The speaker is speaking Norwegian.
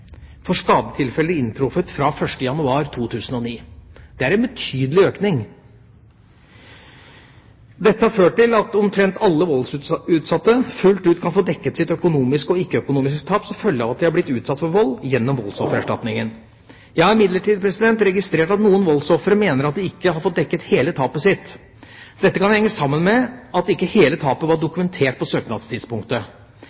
for skadetilfeller inntruffet fra 1. januar 2009. Det er en betydelig økning. Dette har ført til at omtrent alle voldsutsatte fullt ut kan få dekket sitt økonomiske og ikke-økonomiske tap som følge av at de har blitt utsatt for vold, gjennom voldsoffererstatningen. Jeg har imidlertid registrert at noen voldsofre mener at de ikke har fått dekket hele tapet sitt. Dette kan henge sammen med at ikke hele tapet var